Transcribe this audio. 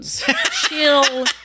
chill